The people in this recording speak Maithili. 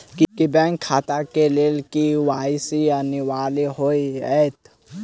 की बैंक खाता केँ लेल के.वाई.सी अनिवार्य होइ हएत?